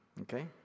Okay